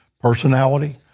personality